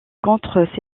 contre